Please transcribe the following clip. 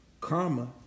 karma